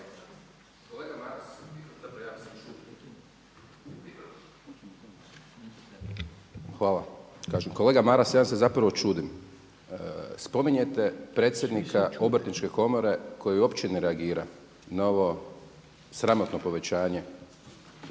Hvala. Kolega Maras ja se zapravo čudim, spominjete predsjednika Obrtničke komore koji uopće ne reagira na ovo sramotno povećanje